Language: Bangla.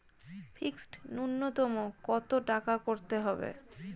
ফিক্সড নুন্যতম কত টাকা করতে হবে?